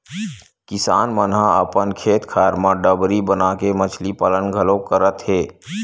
किसान मन ह अपन खेत खार म डबरी बनाके मछरी पालन घलोक करत हे